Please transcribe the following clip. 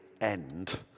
end